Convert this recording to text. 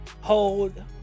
hold